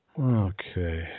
Okay